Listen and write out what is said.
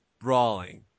Brawling